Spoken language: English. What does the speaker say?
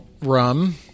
Rum